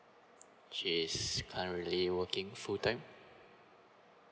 she's currently working full time